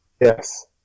Yes